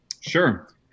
Sure